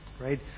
right